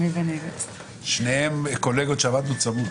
עבדנו צמוד.